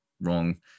wrong